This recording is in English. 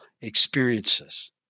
experiences